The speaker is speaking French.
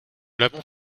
l’avons